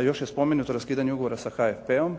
Još je spomenuto raskidanje ugovora sa HFP-om.